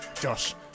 Josh